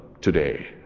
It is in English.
today